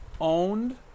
owned